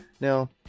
now